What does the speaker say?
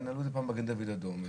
פעם מגן דוד אדום.